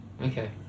Okay